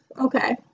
okay